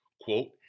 Quote